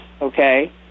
okay